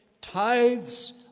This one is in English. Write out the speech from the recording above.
tithes